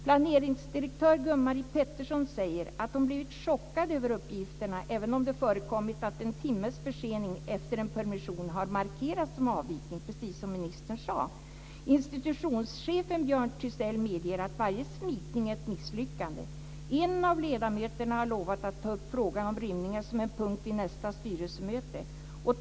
Planeringsdirektör Gun-Marie Pettersson säger att hon har blivit chockad över uppgifterna, även om det förekommit att en timmes försening efter en permission har markerats som en avvikning från institutionen, precis som ministern sade. Institutionschefen Björn Thysell medger att varje smitning är ett misslyckande. En av ledamöterna har lovat att ta upp frågan om rymningar som en punkt vid nästa styrelsemöte.